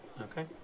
Okay